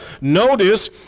notice